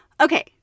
Okay